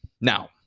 Now